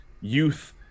youth